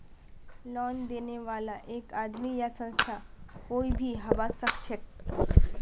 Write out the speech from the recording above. loan देने बाला एक आदमी या संस्था कोई भी हबा सखछेक